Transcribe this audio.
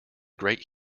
great